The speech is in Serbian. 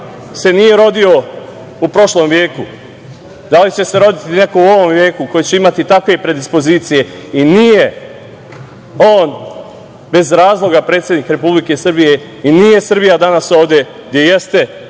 se nije rodio u prošlom veku. Da li će se roditi neko u ovom veku ko će imati takve predispozicije? Nije on bez razloga predsednik Republike Srbije i nije Srbija danas ovde bez